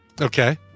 Okay